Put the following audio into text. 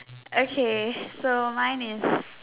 okay so mine is